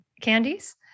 candies